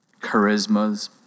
charismas